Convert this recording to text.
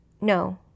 no